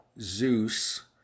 Zeus